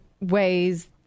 ways